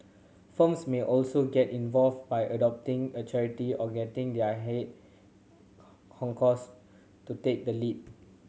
firms may also get involved by adopting a charity or getting their head honchos to take the lead